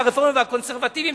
לרפורמים והקונסרבטיבים.